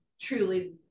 truly